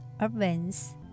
events